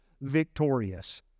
victorious